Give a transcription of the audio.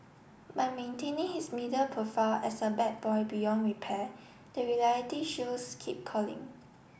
by maintaining his media profile as a bad boy beyond repair the reality shows keep calling